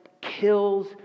kills